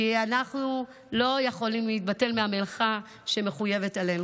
כי אנחנו לא יכולים להתבטל מהמלאכה שאנו מחויבות בה.